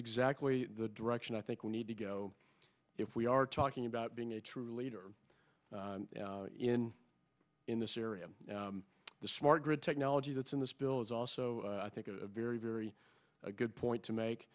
exactly the direction i think we need to go if we are talking about being a true leader in in this area the smart grid technology that's in this bill is also i think a very very good point to make